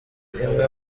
imwe